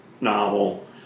novel